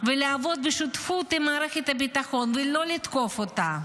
ולעבוד בשותפות עם מערכת הביטחון, ולא לתקוף אותה,